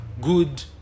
good